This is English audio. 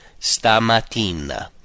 stamattina